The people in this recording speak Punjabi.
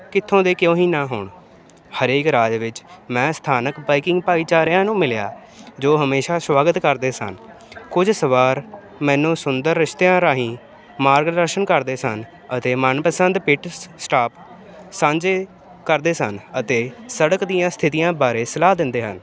ਕਿੱਥੋਂ ਦੇ ਕਿਉਂ ਹੀ ਨਾ ਹੋਣ ਹਰੇਕ ਰਾਜ ਵਿੱਚ ਮੈਂ ਸਥਾਨਕ ਬਾਈਕਿੰਗ ਭਾਈਚਾਰਿਆਂ ਨੂੰ ਮਿਲਿਆ ਜੋ ਹਮੇਸ਼ਾ ਸਵਾਗਤ ਕਰਦੇ ਸਨ ਕੁਝ ਸਵਾਰ ਮੈਨੂੰ ਸੁੰਦਰ ਰਿਸ਼ਤਿਆਂ ਰਾਹੀਂ ਮਾਰਗਦਰਸ਼ਨ ਕਰਦੇ ਸਨ ਅਤੇ ਮਨਪਸੰਦ ਪਿਟ ਸਟਾਪ ਸਾਂਝੇ ਕਰਦੇ ਸਨ ਅਤੇ ਸੜਕ ਦੀਆਂ ਸਥਿਤੀਆਂ ਬਾਰੇ ਸਲਾਹ ਦਿੰਦੇ ਹਨ